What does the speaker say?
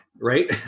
Right